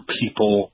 people